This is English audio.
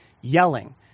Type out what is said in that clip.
yelling